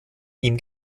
ihm